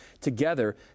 together